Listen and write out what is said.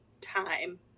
time